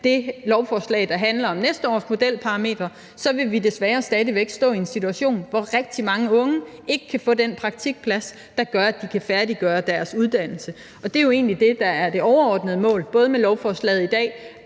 det lovforslag, der handler om næste års modelparametre, desværre stadig væk stå i en situation, hvor rigtig mange unge ikke kan få den praktikplads, der gør, at de kan færdiggøre deres uddannelse. Og det er jo egentlig det, der er det overordnede mål, både med lovforslaget i dag